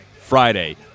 Friday